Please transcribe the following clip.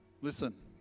Listen